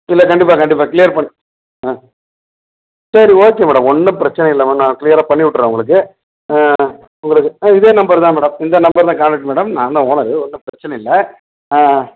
இல்லை கண்டிப்பாக கண்டிப்பாக க்ளீயர் பண் ஆ சரி ஓகே மேடம் ஒன்றும் பிரச்சனை இல்லை மேம் நான் க்ளீயராக பண்ணி விட்டுர்றேன் உங்களுக்கு உங்களுக்கு ஆ இதே நம்பர் தான் மேடம் இந்த நம்பர் தான் காண்டக்ட் மேடம் நான் தான் ஓனரு ஒன்றும் பிரச்சனை இல்லை ஆ ஆ